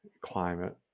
climate